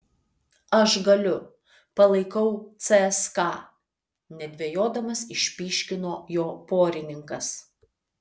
aš galiu palaikau cska nedvejodamas išpyškino jo porininkas